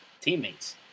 teammates